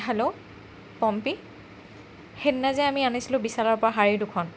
hello Pompi সেইদিনা যে আমি আনিছিলো বিশালৰ পৰা শাৰী দুখন